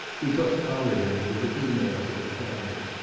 we took our dinner with the females of the family,